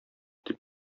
дип